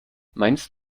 meinst